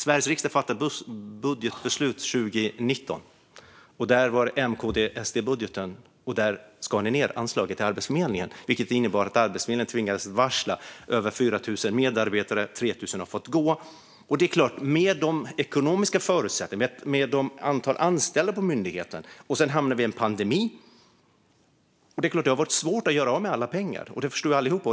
Sveriges riksdag fattade 2019 beslut om M-KD-SD-budgeten, och där skar ni ned anslaget till Arbetsförmedlingen, vilket innebar att Arbetsförmedlingen tvingades varsla över 4 000 medarbetare. Av dessa har 3 000 fått gå. Med de ekonomiska förutsättningarna och det minskade antalet anställda på myndigheten, och så en pandemi på det, är det klart att det har varit svårt att göra av med alla pengar. Det förstår alla.